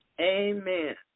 Amen